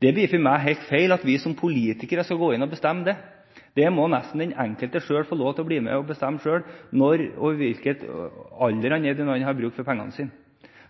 Det blir for meg helt feil at vi som politikere skal gå inn og bestemme det. Den enkelte må nesten få lov til å bestemme selv når og i hvilken alder man har bruk for pengene.